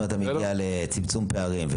אם אתה מגיע לצמצום פערים,